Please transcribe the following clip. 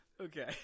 Okay